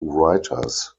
writers